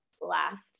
last